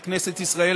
כבודו.